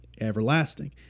everlasting